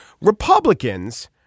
Republicans